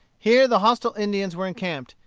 here the hostile indians were encamped,